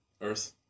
Earth